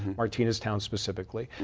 martineztown specifically,